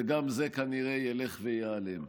וגם זה כנראה ילך וייעלם.